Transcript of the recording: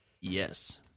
Yes